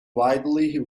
widely